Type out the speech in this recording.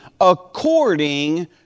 according